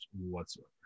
whatsoever